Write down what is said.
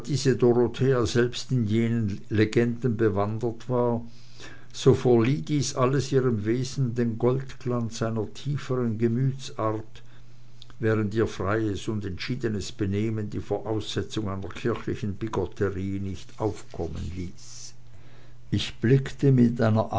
dorothea selbst in jenen legenden bewandert war so verlieh dies alles ihrem wesen den goldglanz einer tieferen gemütsart während ihr freies und entschiedenes benehmen die voraussetzung einer kirchlichen bigotterie nicht aufkommen ließ ich blickte mit einer